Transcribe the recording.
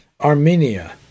Armenia